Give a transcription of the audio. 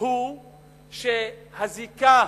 הוא שהזיקה